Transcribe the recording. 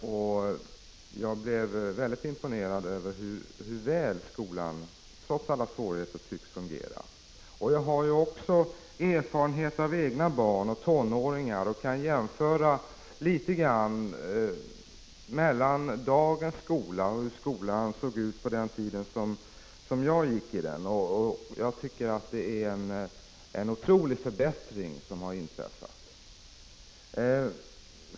Jag blev mycket imponerad över hur väl skolan, trots alla svårigheter, tycks fungera. Jag har också erfarenheter av egna barn och tonåringar och kan litet grand jämföra dagens skola med hur skolan såg ut på den tid när jag gick i den. Jag tycker att det är en otrolig förbättring som har inträffat.